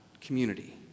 community